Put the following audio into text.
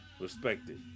respected